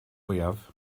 fwyaf